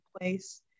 place